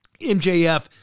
MJF